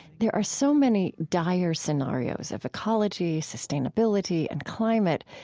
there are so many dire scenarios of ecology, sustainability, and climate.